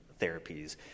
therapies